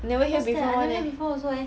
I never hear before [one] eh